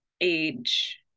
age